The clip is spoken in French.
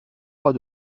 pas